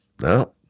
No